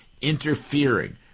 interfering